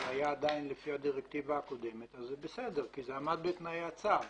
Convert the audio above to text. וזה היה עדיין לפי הדירקטיבה הקודמת זה בסדר כי זה עמד בתנאי הצו.